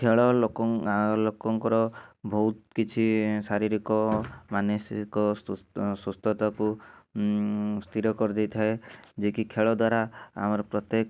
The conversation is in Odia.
ଖେଳ ଲୋକଙ୍କ ଆ ଲୋକଙ୍କର ବହୁତ କିଛି ଶାରୀରିକ ମାନସିକ ସୁ ସୁସ୍ଥତାକୁ ସ୍ଥିର କରିଦେଇଥାଏ ଯେ କି ଖେଳ ଦ୍ଵାରା ଆମର ପ୍ରତ୍ୟେକ